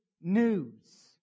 news